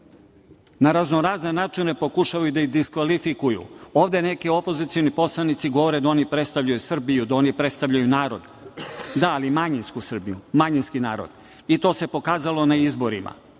Na raznorazne načine pokušavaju da ih diskvalifikuju. Ovde neki opozicioni poslanici govore da oni predstavljaju Srbiju, da oni predstavljaju narod, da, ali manjinsku Srbiju, manjinski narod i to se pokazalo na izborima.